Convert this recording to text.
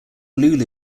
lulu